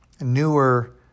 newer